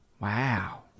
Wow